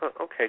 Okay